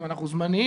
אז אם אנחנו זמניים,